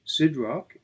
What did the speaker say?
Sidrock